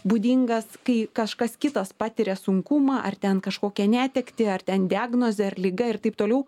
būdingas kai kažkas kitas patiria sunkumą ar ten kažkokią netektį ar ten diagnozė liga ir taip toliau